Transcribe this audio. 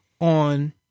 on